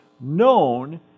known